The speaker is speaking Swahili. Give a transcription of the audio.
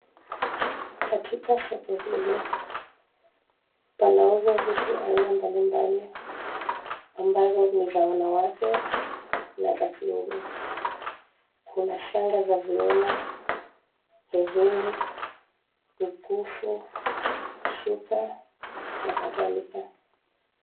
Katika soko hili panauzwa vitu aina mbalimbali ambazo ni za wanawake na za kiworia. Kuna shanga za viuno, herini, mikufu, shuka na kadhalika.